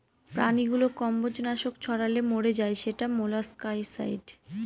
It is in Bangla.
প্রাণীগুলো কম্বজ নাশক ছড়ালে মরে যায় সেটা মোলাস্কাসাইড